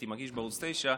הייתי מגיש בערוץ 9,